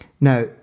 Now